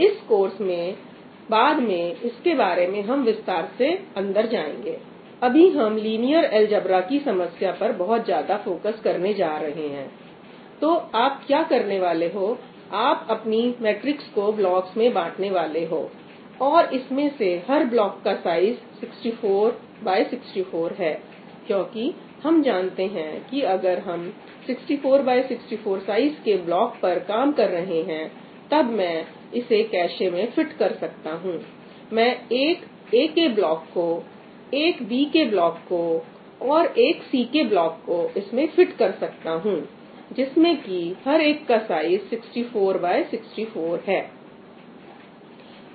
इस कोर्स मैं बाद में इसके बारे में हम विस्तार से अंदर जाएंगे अभी हम लिनियर अलजेब्रा की समस्या पर बहुत ज्यादा फोकस करने जा रहे हैं तो आप क्या करने वाले हो आप अपनी मैट्रिक्स को ब्लॉक्स में बांटने वाले हो और इसमें से हर ब्लॉक का साइज 64 X 64 है क्योंकि हम जानते हैं कि अगर हम 64 X 64 साइज के ब्लॉक पर काम कर रहे हैं तब मैं इसे कैशे में फिट कर सकता हुं मैं एक A के ब्लॉक को एक B के ब्लॉक को और एक C के ब्लॉक को इसमें फिट कर सकता हूं जिसमें की हर एक का साइज 64 X 64 है